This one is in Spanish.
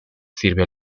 sirve